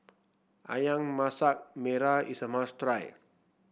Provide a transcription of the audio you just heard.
ayam Masak Merah is a must try